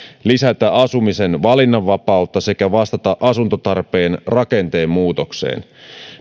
lisätä asumisen valinnanva pautta sekä vastata asuntotarpeen rakenteen muutokseen